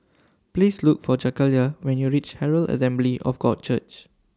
Please Look For Jakayla when YOU REACH Herald Assembly of God Church